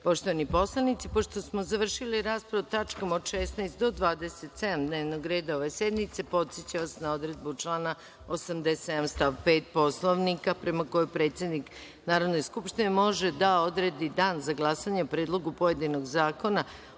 reda. Poštovani poslanici, pošto smo završili raspravu o tačkama od 16. do 27. dnevnog reda ove sednice, podsećam vam na odredbu član 87. stav 5. Poslovnika prema kojoj predsednik Narodne skupštine može da odredi dan za glasanje o predlogu pojedinog zakona